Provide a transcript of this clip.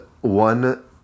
one